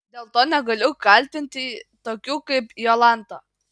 dėl to negaliu kaltinti tokių kaip jolanta